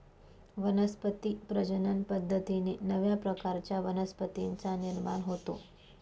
वनस्पती प्रजनन पद्धतीने नव्या प्रकारच्या वनस्पतींचा निर्माण होतो